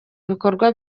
ibikorwa